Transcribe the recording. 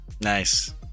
nice